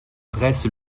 dresse